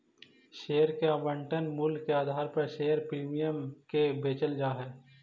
share के आवंटन मूल्य के आधार पर शेयर प्रीमियम के बेचल जा हई